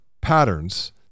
patterns